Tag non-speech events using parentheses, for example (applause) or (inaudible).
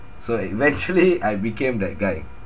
so eventually (laughs) I became that guy